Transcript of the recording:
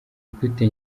gute